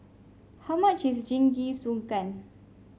how much is Jingisukan